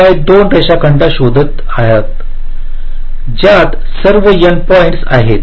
तर आपण N by 2 रेषाखंड शोधत आहोत ज्यात सर्व N पॉईंट्स आहेत